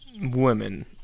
women